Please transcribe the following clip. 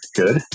good